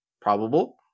probable